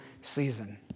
season